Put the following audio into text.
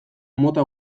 mota